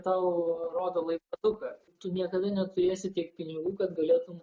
tau rodo laikroduką tu niekada neturėsi tiek pinigų kad galėtum